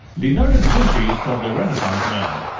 leonardo da vinci is called the renaissance man.